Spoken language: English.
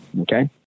okay